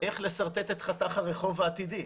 איך לשרטט את חתך הרחוב העתידי.